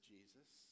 Jesus